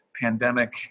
pandemic